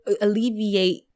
alleviate